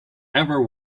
ever